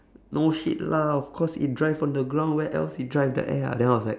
no shit lah of course it drive on the ground where else it drive on the air ah then I was like